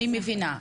אני מבינה.